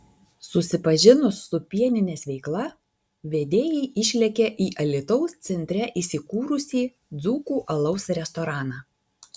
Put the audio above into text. susipažinus su pieninės veikla vedėjai išlėkė į alytaus centre įsikūrusį dzūkų alaus restoraną